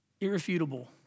irrefutable